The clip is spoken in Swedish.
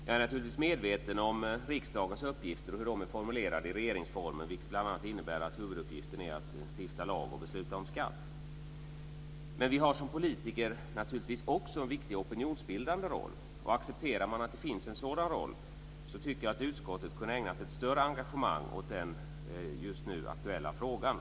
Jag är naturligtvis medveten om riksdagens uppgifter och hur de är formulerade i regeringsformen, vilket bl.a. innebär att huvuduppgiften är att stifta lagar och besluta om skatter. Men vi har som politiker naturligtvis också en viktig opinionsbildande roll. Och om man accepterar att det finns en sådan roll så tycker jag att utskottet kunde ha ägnat ett större engagemang åt den just nu aktuella frågan.